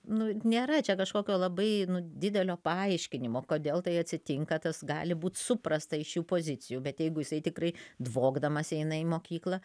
nu nėra čia kažkokio labai didelio paaiškinimo kodėl tai atsitinka tas gali būt suprasta iš jų pozicijų bet jeigu jisai tikrai dvokdamas eina į mokyklą